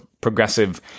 progressive